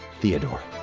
Theodore